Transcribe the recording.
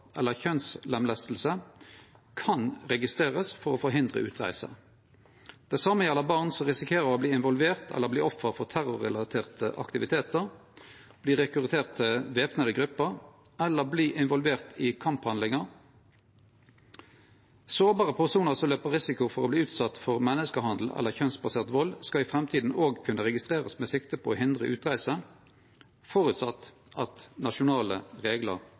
eller kjønnslemlesting, kan verte registrerte for å forhindre utreise. Det same gjeld barn som risikerer å verte involverte eller å verte offer for terrorrelaterte aktivitetar, verte rekrutterte til væpna grupper eller verte involverte i kamphandlingar. Sårbare personar som har ein risiko for å verte utsette for menneskehandel eller kjønnsbasert vald, skal i framtida òg kunne registrerast med sikte på å hindre utreise, føresett at nasjonale reglar